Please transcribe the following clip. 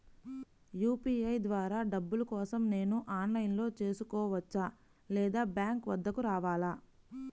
UPI ద్వారా డబ్బులు కోసం నేను ఆన్లైన్లో చేసుకోవచ్చా? లేదా బ్యాంక్ వద్దకు రావాలా?